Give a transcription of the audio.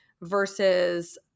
versus